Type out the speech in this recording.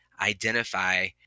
identify